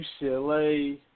UCLA